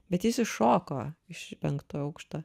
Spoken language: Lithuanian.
bet jis iššoko iš penktojo aukšto